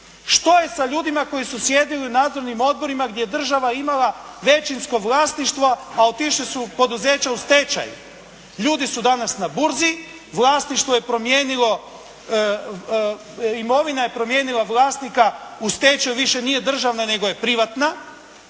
Što je sa ljudima koji su sjedili u nadzornim odborima gdje je država imala većinsko vlasništvo, a otišla su poduzeća u stečaj? Ljudi su danas na burzi, vlasništvo je promijenila, imovina je promijenila vlasnika, u stečaju više nije državna, nego je privatna